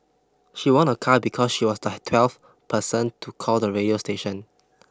she won a car because she was the twelfth person to call the radio station